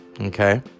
Okay